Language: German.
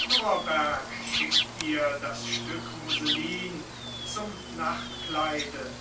norberg schickt dir das stück mousselin zum nachtkleide